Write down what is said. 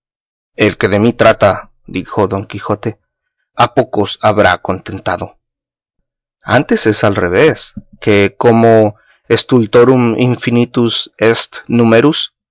el que de mí trata dijo don quijote a pocos habrá contentado antes es al revés que como de stultorum infinitus est numerus